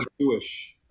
Jewish